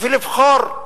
ולבחור.